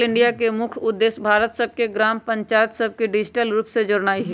digital India के मुख्य उद्देश्य भारत के सभ ग्राम पञ्चाइत सभके डिजिटल रूप से जोड़नाइ हइ